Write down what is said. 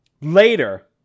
Later